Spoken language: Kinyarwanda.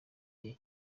gihe